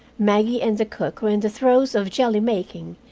maggie and the cook were in the throes of jelly-making,